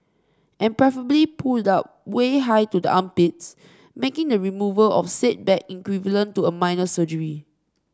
and preferably pulled up way high to the armpits making the removal of said bag equivalent to a minor surgery